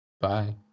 Bye